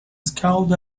scowled